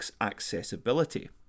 accessibility